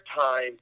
time